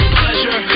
pleasure